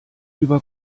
über